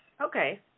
okay